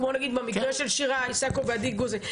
כמו נגיד במקרה של שירה איסקוב ועדי גוזי,